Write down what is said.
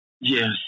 Yes